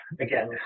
again